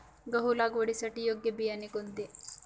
गहू लागवडीसाठी योग्य बियाणे कोणते?